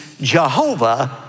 Jehovah